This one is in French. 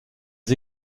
les